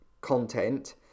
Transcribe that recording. content